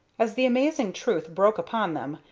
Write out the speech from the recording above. as the amazing truth broke upon them,